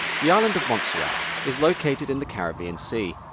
the island of montserrat is located in the caribbean sea,